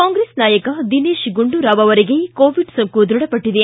ಕಾಂಗ್ರೆಸ್ ನಾಯಕ ದಿನೇಶ್ ಗುಂಡೂರಾವ್ ಅವರಿಗೆ ಕೋವಿಡ್ ಸೋಂಕು ದ್ಬಢಪಟ್ಟಿದೆ